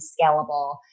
scalable